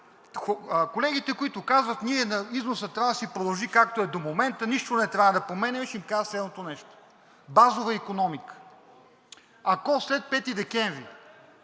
колегите, които казват, че износът трябва да си продължи, както е до момента, нищо не трябва да променяме, ще им кажа следното нещо: базова икономика. Ако след 5 декември